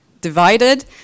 divided